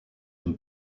une